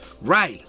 Right